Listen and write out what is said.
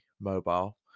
mobile